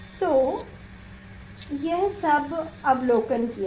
तो यह सब अवलोकन किया गया